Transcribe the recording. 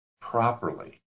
properly